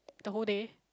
the whole day